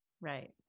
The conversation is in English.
Right